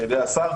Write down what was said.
על ידי השר,